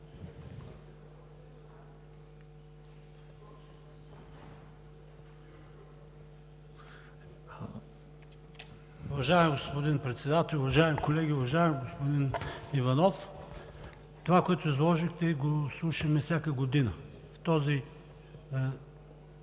Уважаеми господин Председател, уважаеми колеги! Уважаеми господин Иванов, това, което изложихте, го слушаме всяка година в този